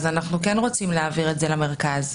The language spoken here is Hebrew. אנחנו כן רוצים להעביר את זה למרכז.